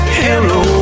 hello